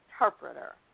interpreter